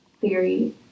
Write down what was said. theory